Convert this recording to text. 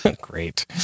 great